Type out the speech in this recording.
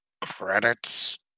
credits